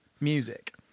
music